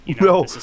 No